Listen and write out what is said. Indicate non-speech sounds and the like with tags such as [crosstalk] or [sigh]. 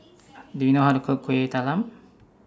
[noise] Do YOU know How to Cook Kueh Talam